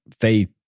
faith